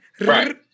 right